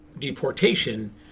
deportation